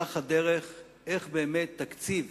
במהלך הדרך איך באמת תקציב